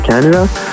Canada